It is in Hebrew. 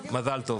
מזל טוב.